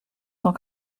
cent